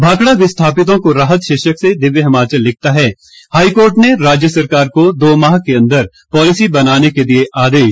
भाखड़ा विस्थापितों को राहत शीर्षक से दिव्य हिमाचल लिखता है हाईकोर्ट ने राज्य सरकार को दो माह के अंदर पालिसी बनाने के दिए आदेश